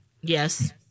Yes